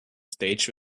stage